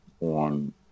on